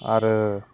आरो